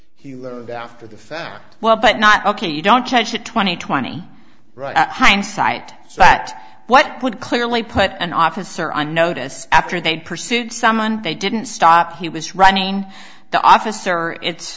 he learned after the fact well but not ok you don't catch it twenty twenty hindsight so that what would clearly put an officer on notice after they pursued someone they didn't stop he was running the officer it's